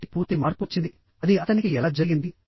కాబట్టి పూర్తి మార్పు వచ్చింది అది అతనికి ఎలా జరిగింది